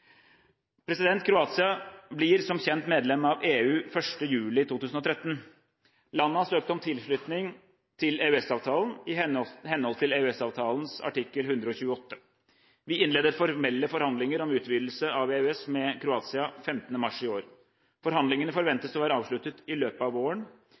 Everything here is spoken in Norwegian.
deltakelse. Kroatia blir som kjent medlem av EU 1. juli 2013. Landet har søkt om tilslutning til EØS-avtalen i henhold til EØS-avtalens artikkel 128. Vi innledet formelle forhandlinger om utvidelse av EØS med Kroatia 15. mars i år. Forhandlingene forventes å være avsluttet i løpet av våren.